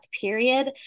period